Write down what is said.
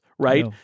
Right